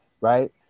right